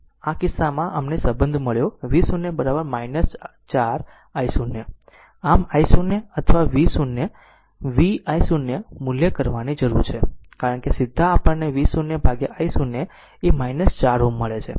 આમ આ કિસ્સામાં અમને આ સંબંધ મળ્યો V0 4 i0 આમ i0 અથવા V0 V i0 મૂલ્ય કરવાની જરૂર છે કારણ કે સીધા આપણને V0 i0 એ 4 Ω મળે છે